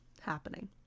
happening